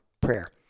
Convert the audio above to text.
prayer